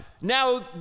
Now